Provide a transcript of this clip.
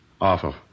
Awful